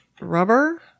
Rubber